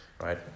right